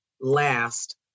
last